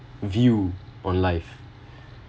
view on life